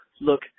look